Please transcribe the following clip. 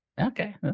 Okay